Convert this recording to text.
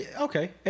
Okay